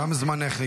גם זמנך נגמר.